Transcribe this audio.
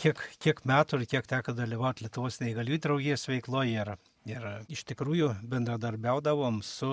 kiek kiek metų ir kiek teko dalyvaut lietuvos neįgaliųjų draugijos veikloj ir ir iš tikrųjų bendradarbiaudavom su